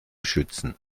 schützen